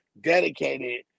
dedicated